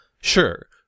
Sure